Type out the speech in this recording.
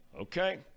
Okay